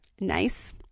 Nice